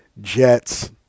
Jets